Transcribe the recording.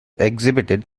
exhibited